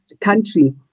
country